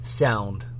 sound